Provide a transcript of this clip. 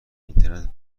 اینترنت